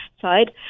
side